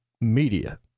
media